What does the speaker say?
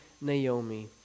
Naomi